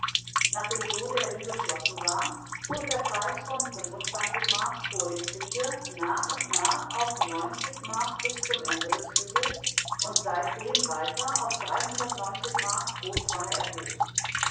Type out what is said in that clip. nachdem so der ring geschlossen war wurde der preis von mark vor dem kriege nach und nach auf mark bis zum ende des krieges und seitdem weiter auf mark pro tonne erhöht